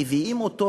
מביאים אותו